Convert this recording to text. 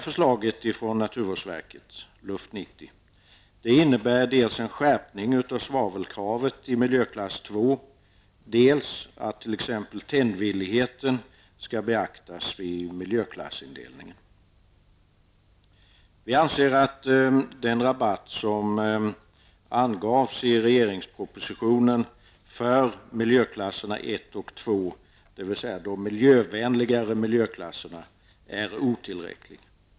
Förslaget ifrån naturvårdsverket, LUFT '90, innebär dels en skärpning av svavelkravet i miljöklass 2, dels att t.ex. tändvilligheten skall beaktas vid miljöklassindelningen. Vi anser att den rabatt som angavs i regeringspropositionen för miljöklasserna 1 och 2, dvs. de miljövänligare miljöklasserna, är otillräcklig.